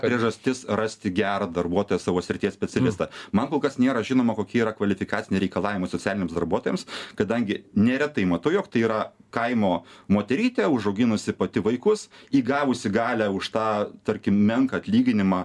priežastis rasti gerą darbuotoją savo srities specialistą man kol kas nėra žinoma kokie yra kvalifikaciniai reikalavimai socialiniams darbuotojams kadangi neretai matau jog tai yra kaimo moterytė užauginusi pati vaikus įgavusi galią už tą tarkim menką atlyginimą